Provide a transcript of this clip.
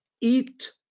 eat